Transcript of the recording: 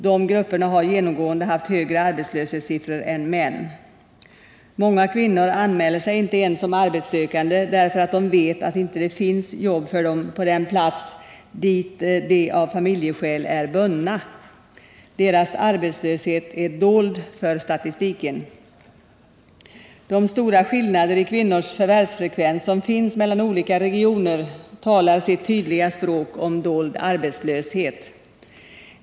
Dessa grupper har genomgående haft högre arbetslöshetssiffror än männen. Många kvinnor anmäler sig inte ens som arbetssökande, eftersom de vet att det inte finns arbete för dem på den plats där de av familjeskäl är bundna. Deras arbetslöshet är dold för statistiken. De stora skillnader i kvinnors förvärvsfrekvens som finns mellan olika regioner talar sitt tydliga språk om dold arbetslöshet.